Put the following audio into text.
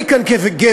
אני כאן כגבר,